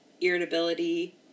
irritability